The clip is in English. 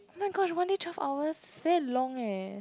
oh my gosh one day twelve hours it's very long eh